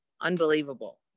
unbelievable